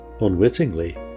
unwittingly